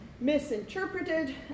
misinterpreted